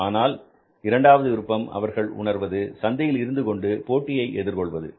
ஆனால் இரண்டாவது விருப்பம் அவர்கள் உணர்வது சந்தையில் இருந்து கொண்டு போட்டியை எதிர்கொள்வது